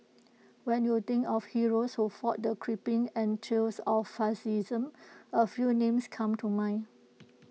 when you think of heroes who fought the creeping entrails of fascism A few names come to mind